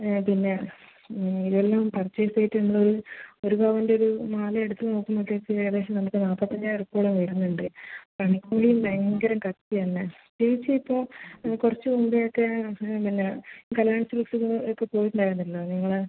പിന്നെ ഇതെല്ലാം പർച്ചേസ് ചെയ്തിട്ട് നമ്മൾ ഒരു പവൻ്റെ ഒരു മാല എടുത്ത് നോക്കുമ്പോഴേക്ക് ഏകദേശം നമുക്ക് നാൽപ്പത്തഞ്ചായിരം റുപ്യയോളം വരുന്നുണ്ട് പണിക്കൂലി ഭയങ്കരം കത്തി തന്നെ ചേച്ചി ഇപ്പോൾ ആ കുറച്ച് മുമ്പേ ഒക്കെ പിന്നെ കല്യാൺ സിൽക്സിലൊക്കെ പോയിട്ടുണ്ടായിരുന്നല്ലോ നിങ്ങളെ